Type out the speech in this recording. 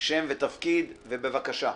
בבקשה.